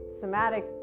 somatic